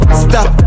stop